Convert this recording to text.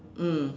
mm